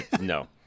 No